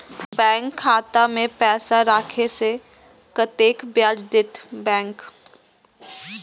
Bank खाता में पैसा राखे से कतेक ब्याज देते बैंक?